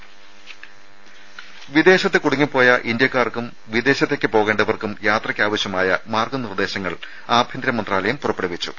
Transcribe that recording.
രേര വിദേശത്ത് കുടുങ്ങിപ്പോയ ഇന്ത്യക്കാർക്കും വിദേശത്തേക്ക് പോകേണ്ടവർക്കും യാത്രക്കാവശ്യമായ മാർഗനിർദേശങ്ങൾ ആഭ്യന്തരമന്ത്രാലയം പുറപ്പെടുവിച്ചു